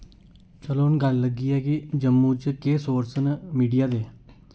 चलो हून गल्ल लग्गी ऐ कि जम्मू च केह् सोर्स न मीडिया दे